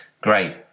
Great